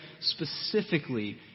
specifically